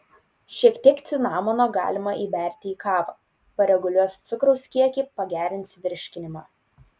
šiek tiek cinamono galima įberti į kavą pareguliuos cukraus kiekį pagerins virškinimą